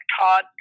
Todd